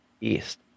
East